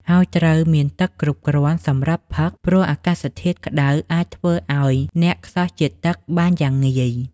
ហើយត្រូវមានទឹកគ្រប់គ្រាន់សម្រាប់ផឹក ព្រោះអាកាសធាតុក្ដៅអាចធ្វើឲ្យអ្នកខ្សោះជាតិទឹកបានយ៉ាងងាយ។